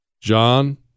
John